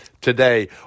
today